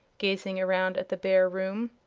gazing around at the bare room.